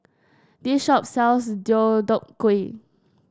this shop sells Deodeok Gui